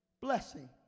blessing